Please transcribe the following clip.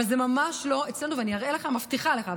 אבל זה ממש לא אצלנו, ואני אראה לך, מבטיחה לך.